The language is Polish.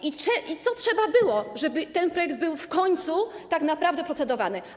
I czego trzeba było, żeby ten projekt był w końcu tak naprawdę procedowany?